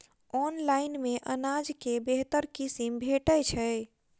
Online मे अनाज केँ बेहतर किसिम भेटय छै?